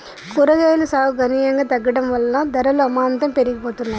కూరగాయలు సాగు గణనీయంగా తగ్గడం వలన ధరలు అమాంతం పెరిగిపోతున్నాయి